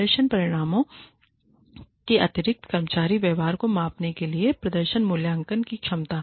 प्रदर्शन परिणामों के अतिरिक्त कर्मचारी व्यवहार को मापने के लिए प्रदर्शन मूल्यांकन की क्षमता